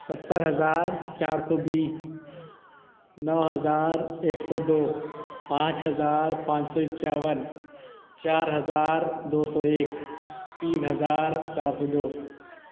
ستر ہزار چار سو بیس نو ہزار ایک سو دو پانچ ہزار پانچ سو اکیاون چار ہزار دو سو ایک تین ہزار چار سو دو